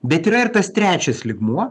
bet yra ir tas trečias lygmuo